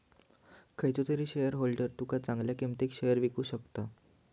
खयचो तरी शेयरहोल्डर तुका चांगल्या किंमतीत शेयर विकु शकता